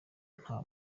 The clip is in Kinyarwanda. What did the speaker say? nta